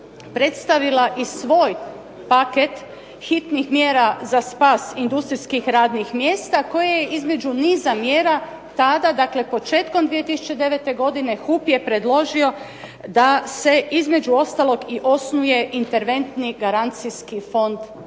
predstavila i svoj paket hitnih mjera za spas industrijskih radnih mjesta koje je između niza mjera tada, dakle početkom 2009. godine HUP je predložio da se između ostalog i osnuje interventni garancijski fond